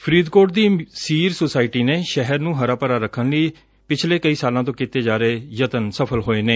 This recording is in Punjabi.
ਫਰੀਦਕੋਟ ਦੀ ਸੀਰ ਸੁਸਾਇਟੀ ਨੇ ਸ਼ਹਿਰ ਨੁੰ ਹਰਾ ਭਰਾ ਰੱਖਣ ਲਈ ਪਿਛਲੇ ਕਈ ਸਾਲਾਂ ਤੋਂ ਕੀਤੇ ਜਾ ਰਹੇ ਯਤਨ ਸਫ਼ਲ ਹੋਏ ਨੇ